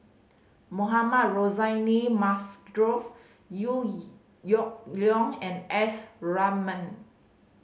Mohamed Rozani Liew Leong and S Ratnam